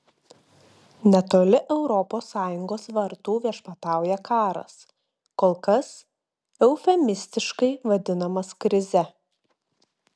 netoli europos sąjungos vartų viešpatauja karas kol kas eufemistiškai vadinamas krize